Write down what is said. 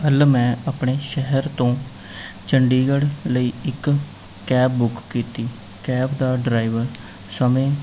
ਕੱਲ੍ਹ ਮੈਂ ਆਪਣੇ ਸ਼ਹਿਰ ਤੋਂ ਚੰਡੀਗੜ੍ਹ ਲਈ ਇੱਕ ਕੈਬ ਬੁੱਕ ਕੀਤੀ ਕੈਬ ਦਾ ਡਰਾਈਵਰ ਸਮੇਂ